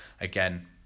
again